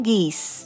Geese